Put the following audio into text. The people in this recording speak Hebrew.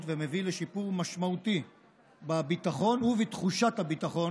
ומביא לשיפור משמעותי בביטחון ובתחושת הביטחון,